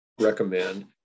recommend